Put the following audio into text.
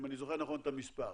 אם אני זוכר נכון את המספר,